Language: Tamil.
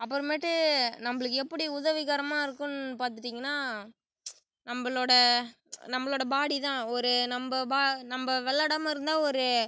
அப்புறமேட்டு நம்ளுக்கு எப்படி உதவிகரமாக இருக்குன்னு பார்த்துட்டிங்கனா நம்பளோட நம்பளோட பாடி தான் ஒரு நம்ப பா நம்ப விளாடாம இருந்தால் ஒரு